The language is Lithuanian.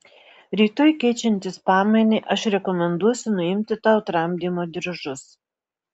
rytoj keičiantis pamainai aš rekomenduosiu nuimti tau tramdymo diržus